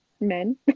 men